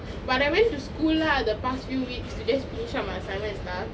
but I went to school lah the past few weeks to just finish up my assignment and stuff